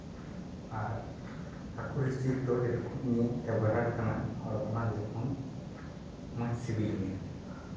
ᱟᱨ ᱦᱟᱹᱠᱩ ᱨᱮᱥᱤᱯᱤ ᱫᱚ ᱡᱚᱛᱚᱠᱷᱚᱱ ᱤᱧᱟᱹᱜ ᱯᱷᱮᱵᱟᱨᱮᱴ ᱠᱟᱱᱟ ᱟᱨ ᱚᱱᱟ ᱡᱚᱛᱚᱠᱷᱚᱱ ᱢᱚᱡᱽ ᱥᱤᱵᱤᱞᱤᱧᱟᱹ